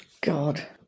God